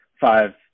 five